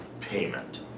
payment